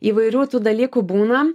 įvairių tų dalykų būna